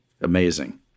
amazing